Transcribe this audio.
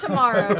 tomorrow,